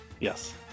Yes